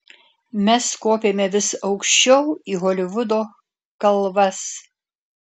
mes kopėme vis aukščiau į holivudo kalvas